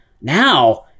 Now